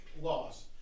loss